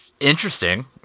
interesting